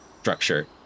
structure